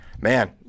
man